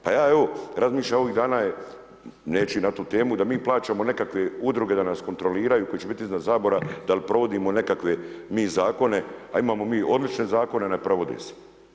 Pa ja evo razmišljam, ovih dana je … na tu temu da mi plaćamo nekakve udruge da nas kontroliraju koje će biti iznad Sabora dal' provodimo nekakve mi zakone, a imamo mi odlične zakone, ne provode se.